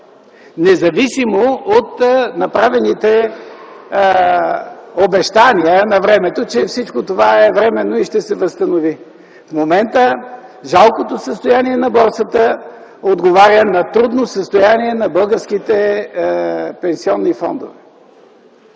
независимо от направените обещания навремето, че всичко това е временно и ще се възстанови. В момента жалкото състояние на борсата отговаря на трудното състояние на българските пенсионни фондове.